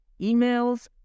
emails